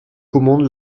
commande